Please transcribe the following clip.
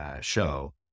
show